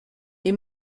est